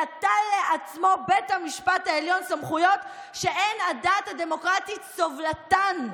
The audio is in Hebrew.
נטל לעצמו בית המשפט העליון סמכויות שאין הדעת הדמוקרטית סובלתן,